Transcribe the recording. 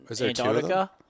Antarctica